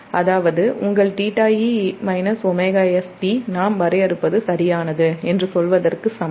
அதாவது உங்கள் θe ωst நாம் வரையறுப்பது சரியானது என்று சொல்வதற்கு சமம்